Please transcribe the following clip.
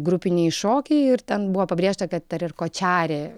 grupiniai šokiai ir ten buvo pabrėžta kad dar ir kočiarė